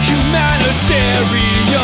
Humanitarian